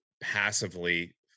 passively